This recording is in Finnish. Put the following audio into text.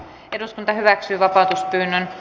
eduskunta hyväksyi vapautuspyynnön